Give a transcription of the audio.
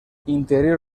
interior